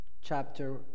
chapter